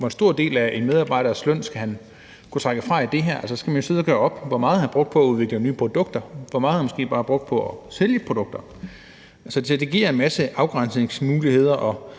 hvor stor en del af en medarbejders løn skal kunne trækkes fra i forhold til det her? Så skal man jo sidde og gøre op, hvor meget han har brugt på at udvikle nye produkter, og hvor meget har han måske bare brugt på at sælge produkter? Så det giver en masse afgrænsningsmuligheder,